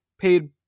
paid